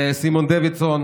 סימון דוידסון,